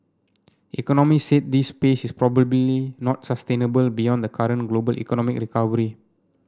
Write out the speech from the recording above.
economist said this pace is probably not sustainable beyond the current global economic recovery